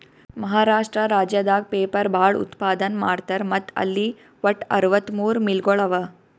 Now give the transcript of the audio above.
ಮಹಾರಾಷ್ಟ್ರ ರಾಜ್ಯದಾಗ್ ಪೇಪರ್ ಭಾಳ್ ಉತ್ಪಾದನ್ ಮಾಡ್ತರ್ ಮತ್ತ್ ಅಲ್ಲಿ ವಟ್ಟ್ ಅರವತ್ತಮೂರ್ ಮಿಲ್ಗೊಳ್ ಅವಾ